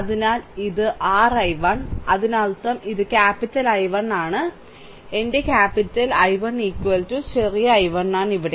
അതിനാൽ ഇത് r I1 അതിനർത്ഥം ഇത് ക്യാപ്പിറ്റൽ I1 ആണ് അതിനർത്ഥം എന്റെ ക്യാപ്പിറ്റൽ I1 ചെറിയ I1 ഇവിടെ